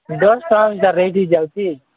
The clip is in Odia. ଦଶ ଟଙ୍କାଟା ରେଟ୍ ହୋଇଯାଉଛି